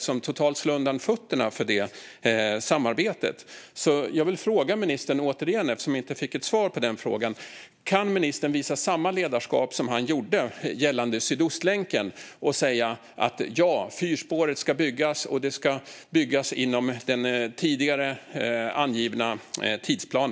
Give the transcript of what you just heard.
Det slår totalt undan fötterna för detta samarbete. Eftersom jag inte fick något svar vill jag ställa min fråga återigen. Kan ministern visa samma ledarskap som han gjorde gällande Sydostlänken och säga att fyrspåret ska byggas och att det ska byggas inom tidigare angiven tidsplan?